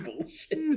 bullshit